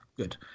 Good